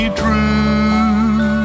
true